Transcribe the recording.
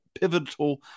pivotal